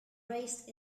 raised